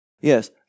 Yes